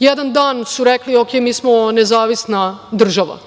Jedan dan su rekli – ok, mi smo nezavisna država.